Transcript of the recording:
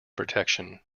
protection